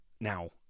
Now